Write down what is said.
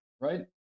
right